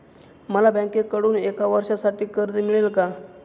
मला बँकेकडून एका वर्षासाठी कर्ज मिळेल का?